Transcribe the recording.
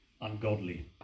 ungodly